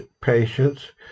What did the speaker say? patients